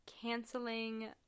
canceling